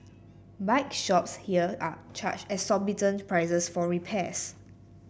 bike shops here are charge exorbitant prices for repairs